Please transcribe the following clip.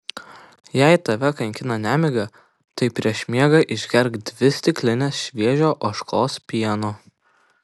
jei tave kankina nemiga tai prieš miegą išgerk dvi stiklines šviežio ožkos pieno